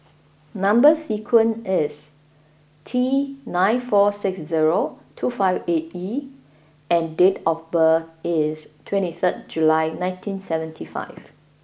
number sequence is T nine four six zero two five eight E and date of birth is twenty third July nineteen seventy five